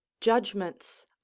Judgments